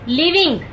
living